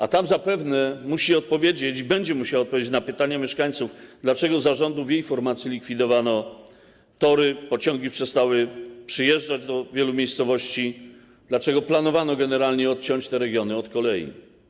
A tam zapewne będzie musiała odpowiedzieć na pytania mieszkańców, dlaczego za rządów jej formacji likwidowano tory, pociągi przestały przyjeżdżać do wielu miejscowości, dlaczego planowano generalnie odciąć te regiony od kolei.